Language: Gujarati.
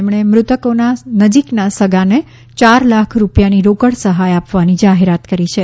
તેમણે મૃતકોના નજીકના સગાને ચાર લાખ રૂપિયાની રોકડ સહાય આપવાની જાહેરાત કરી છે